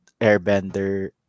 Airbender